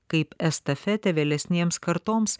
kaip estafetę vėlesnėms kartoms